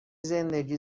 زندگی